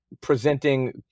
presenting